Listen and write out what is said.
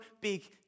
big